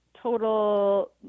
total